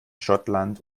schottland